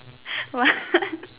what